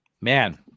Man